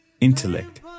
intellect